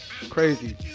Crazy